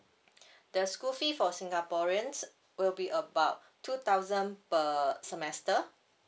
the school fee for singaporeans will be about two thousand per semester